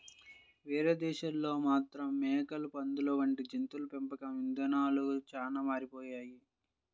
వేరే దేశాల్లో మాత్రం మేకలు, పందులు వంటి జంతువుల పెంపకం ఇదానాలు చానా మారిపోయాయి